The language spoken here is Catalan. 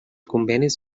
convenis